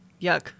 Yuck